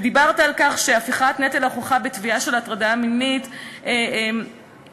ודיברת על כך שהפיכת נטל ההוכחה בתביעה של הטרדה מינית אינה ראויה.